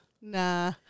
nah